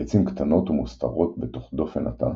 הביצים קטנות ומוסתרות בתוך דופן התא,